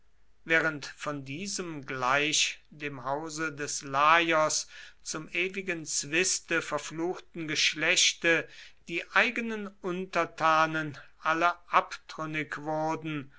während von diesem gleich dem hause des laios zum ewigen zwiste verfluchten geschlechte die eigenen untertanen alle abtrünnig wurden